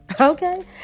Okay